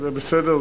זה בסדר,